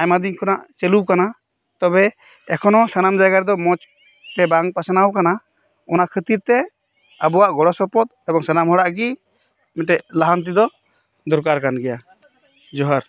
ᱟᱭᱢᱟ ᱫᱤᱱ ᱠᱷᱚᱱᱟᱜ ᱪᱟᱹᱞᱩ ᱟᱠᱟᱱᱟ ᱛᱚᱵᱮ ᱮᱠᱷᱚᱱᱚ ᱥᱟᱱᱟᱢ ᱡᱟᱭᱜᱟ ᱨᱮᱫᱚ ᱢᱚᱸᱡᱽᱛᱮ ᱵᱟᱝ ᱯᱟᱥᱱᱟᱣ ᱟᱠᱟᱱᱟ ᱚᱱᱟ ᱠᱷᱟᱹᱛᱤᱨ ᱛᱮ ᱟᱵᱚᱣᱟᱜ ᱜᱚᱲᱚ ᱥᱚᱯᱚᱦᱚᱫ ᱮᱵᱚᱝ ᱥᱟᱱᱟᱢ ᱦᱚᱲᱟᱜ ᱜᱮ ᱢᱤᱫᱴᱮᱱ ᱞᱟᱦᱟᱱᱛᱤ ᱫᱚ ᱫᱚᱨᱠᱟᱨ ᱠᱟᱱ ᱜᱮᱭᱟ ᱡᱚᱦᱟᱨ